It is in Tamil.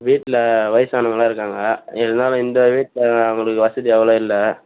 வீட்டில் வயிசானவங்களாம் இருக்காங்க இருந்தாலும் இந்த வீட்டில் அவங்களுக்கு வசதி அவ்வளோ இல்லை